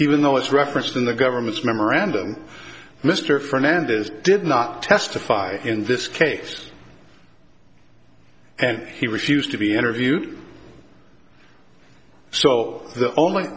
even though it's referenced in the government's memorandum mr fernandez did not testify in this case and he refused to be interviewed so the only